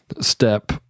step